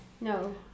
No